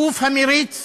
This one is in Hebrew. הגוף המריץ